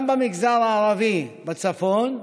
גם במגזר הערבי בצפון,